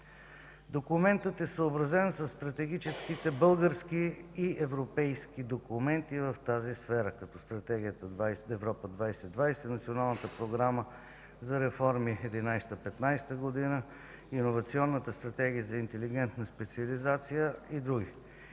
Документът е съобразен със стратегическите български и европейски документи в тази сфера, като Стратегията „Европа 2020”, Националната програма за реформи 2011 – 2015 г., Иновационната стратегия за интелигентна специализация и други.